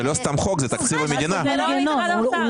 זה לא סתם חוק, זה תקציב המדינה.